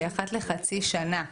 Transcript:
שהיא אחת לחצי שנה.